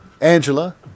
Angela